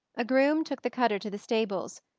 a groom took the cutter to the stables,